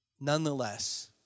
Nonetheless